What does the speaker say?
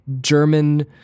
German